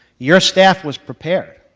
your staff was prepared,